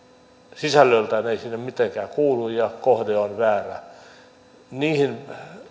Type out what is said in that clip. sisällöltään ei sinne mitenkään kuulu ja jonka kohde on väärä